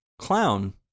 Clown